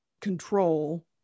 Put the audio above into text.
control